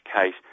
case